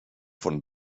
von